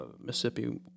Mississippi